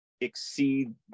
exceed